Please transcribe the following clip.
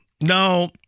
No